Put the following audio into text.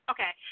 Okay